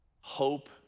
hope